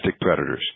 predators